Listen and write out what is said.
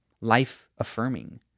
life-affirming